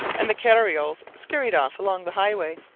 and the carrioles scurried off along the highway.